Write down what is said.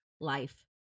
life